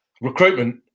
Recruitment